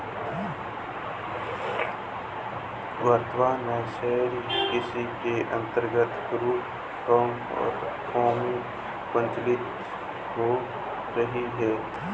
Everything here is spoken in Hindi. वर्तमान में शहरी कृषि के अंतर्गत रूफटॉप फार्मिंग प्रचलित हो रही है